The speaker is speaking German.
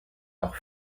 auch